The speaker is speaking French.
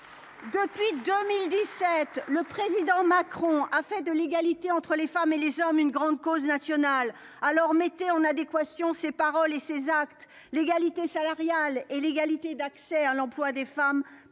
Depuis 2017, le président Macron a fait de l'égalité entre les femmes et les hommes une grande cause nationale. Alors mettez en adéquation ses paroles et ses actes. L'égalité salariale et l'égalité d'accès à l'emploi des femmes